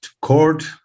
court